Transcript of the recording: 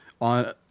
on